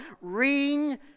ring